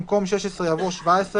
במקום "שש עשרה" יבוא "שבע עשרה";